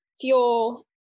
fuel